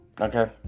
Okay